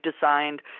designed